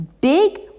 big